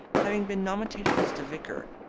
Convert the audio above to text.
having been nominated as the vicar.